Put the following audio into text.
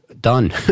done